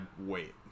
wait